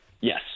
Yes